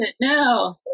no